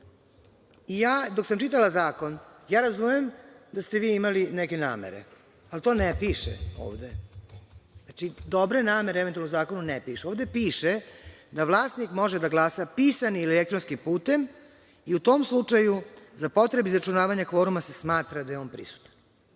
stav? Dok sam čitala zakon razumem da ste imali neke namere, ali to ovde ne piše. Dobre namere eventualne u zakonu ne pišu, ovde piše da vlasnik može da glasa pisanim ili elektronskim putem i u tom slučaju za potrebe izračunavanja kvoruma se smatra da je on prisutan. Sada